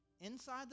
Inside